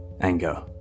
anger